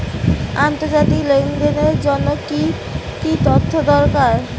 আন্তর্জাতিক লেনদেনের জন্য কি কি তথ্য দরকার?